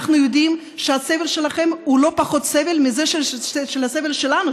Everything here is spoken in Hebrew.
אנחנו יודעים שהסבל שלכם הוא לא פחות סבל מהסבל שלנו,